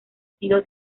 sido